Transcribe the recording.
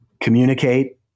communicate